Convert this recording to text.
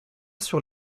sur